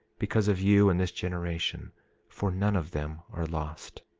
because of you and this generation for none of them are lost.